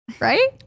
right